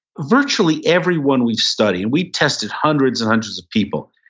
virtually everyone we've studied, and we tested hundreds and hundreds of people.